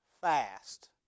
fast